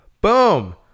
Boom